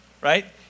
right